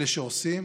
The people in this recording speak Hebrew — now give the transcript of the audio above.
אלה שעושים